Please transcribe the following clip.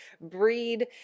breed